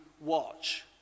watch